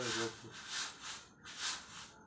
ರೇಷ್ಮೆಗೆ ಸರಕಾರದಿಂದ ರೊಕ್ಕ ಬರತೈತೇನ್ರಿ?